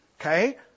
Okay